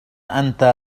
أنت